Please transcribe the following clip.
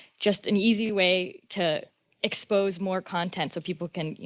just an easy way to expose more content so people can, you